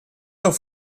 auf